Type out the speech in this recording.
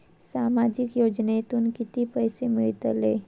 सामाजिक योजनेतून किती पैसे मिळतले?